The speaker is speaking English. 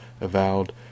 avowed